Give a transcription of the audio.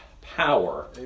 power